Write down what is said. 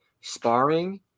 sparring